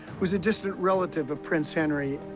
who's a distant relative of prince henry.